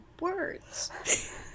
words